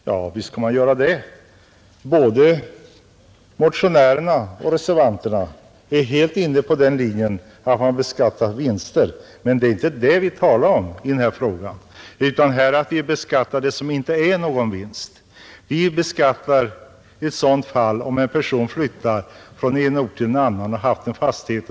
Ja visst, både motionärerna och reservanterna är helt inställda på att vinster skall beskattas, men det är inte det vi nu talar om, utan vad vi vänder oss mot är det förhållandet att icke existerande vinster beskattas. För närvarande uttas skatt på försäljning av en fastighet, även om denna bara innehafts under en kortare tid av en person som i samband med försäljningen flyttar till en annan ort och där köper en liknande fastighet.